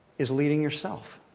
is leading yourself.